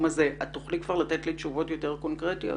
הזה את תוכלי לתת לי תשובות יותר קונקרטיות?